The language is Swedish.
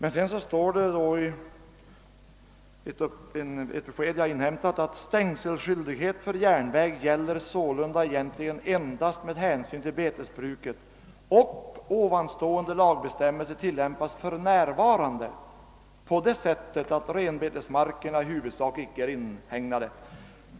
Enligt vad jag inhämtat föreligger sådan stängselskyldighet endast med hänsyn till betesbruket, och lagbestämmelsen tillämpas för närvarande så, att renbetesmarkerna i huvudsak inte är inhägnade.